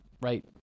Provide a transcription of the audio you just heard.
right